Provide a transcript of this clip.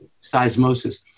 Seismosis